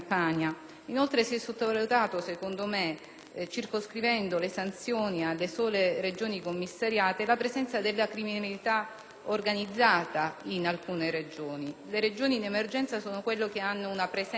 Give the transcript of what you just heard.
Inoltre, si è sottovalutata, circoscrivendo le sanzioni alle sole Regioni commissariate, la presenza della criminalità organizzata: le Regioni in emergenza sono quelle che hanno una presenza